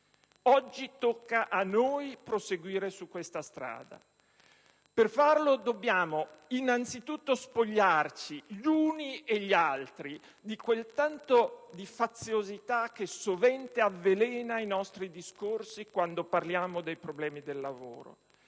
Oggi tocca a noi proseguire su quella strada. Per farlo dobbiamo innanzitutto spogliarci, gli uni e gli altri, di quel tanto di faziosità che sovente avvelena i nostri discorsi quando si parla di problemi del lavoro.